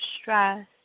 stress